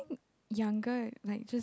younger like just